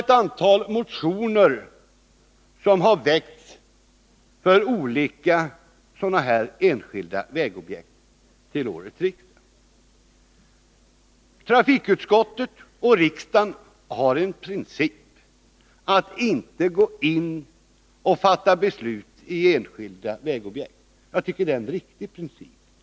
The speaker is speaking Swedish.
Ett antal motioner om olika enskilda vägobjekt har väckts till årets riksmöte. Trafikutskottet och riksdagen har en princip att inte gå in och fatta beslut i enskilda vägobjekt. Jag tycker att det är en riktig princip.